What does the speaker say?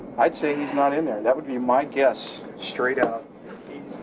i'd say he's not in there. that would be my guess, straight out.